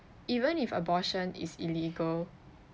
even if abortion is illegal